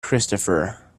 christopher